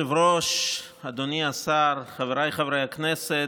אדוני היושב-ראש, אדוני השר, חבריי חברי הכנסת,